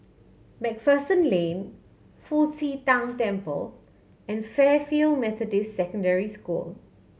Macpherson Lane Fu Xi Tang Temple and Fairfield Methodist Secondary School